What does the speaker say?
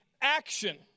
action